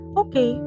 okay